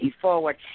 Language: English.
forward